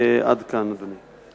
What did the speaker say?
עד כאן, אדוני.